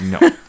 No